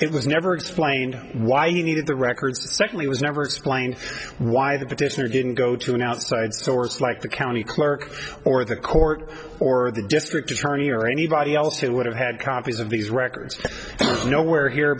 it was never explained why you needed the records secondly was never explained why the petitioner didn't go to an outside source like the county clerk or the court or the district attorney or anybody else who would have had copies of these records and you know where here